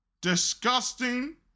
Disgusting